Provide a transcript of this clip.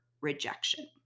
rejection